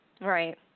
right